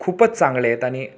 खूपच चांगले आहेत आणि